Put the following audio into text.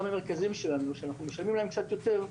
גם במרכזים שלנו שאנחנו משלמים להם קצת יותר,